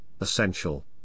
essential